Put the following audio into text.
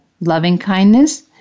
Loving-Kindness